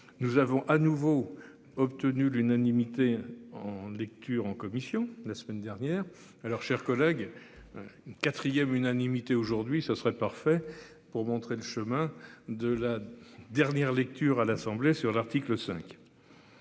Nous avons à nouveau obtenu l'unanimité en lecture en commission la semaine dernière. Alors chers collègues. Une 4ème unanimité aujourd'hui ça serait parfait pour montrer le chemin de la dernière lecture à l'Assemblée sur l'article 5.